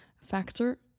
factor